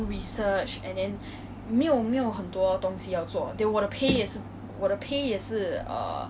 but I won't say what organisation because this organisation is pretty big I would say